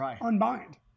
unbind